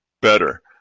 better